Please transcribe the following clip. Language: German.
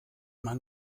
man